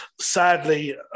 Sadly